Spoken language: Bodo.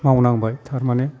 मावनांबाय थारमाने